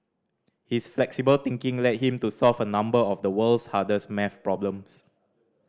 his flexible thinking led him to solve a number of the world's hardest maths problems